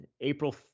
April